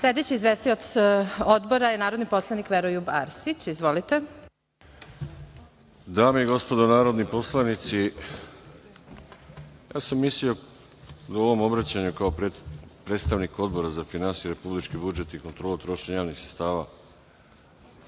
Sledeći izvestilac Odbora je narodni poslanik Veroljub Arsić. Izvolite. **Veroljub Arsić** Dame i gospodo narodni poslanici, ja sam mislio da u ovom obraćanju kao predstavnik Odbora za finansije, republički budžet i kontrolu trošenja javnih sredstava